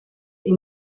est